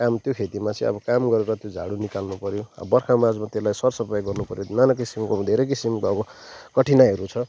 काम त्यो खेतीमा चाहिँ काम गरेर त्यो झाडु निकाल्नु पर्यो अब बर्खा माझमा त्यसलाई सरसफाई गर्नु पर्यो नानाकिसिमको धेरै किसिमको अब कठिनाइहरू छ